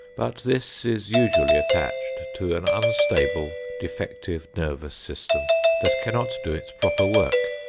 but this is usually attached to an unstable, defective nervous system that cannot do its proper work,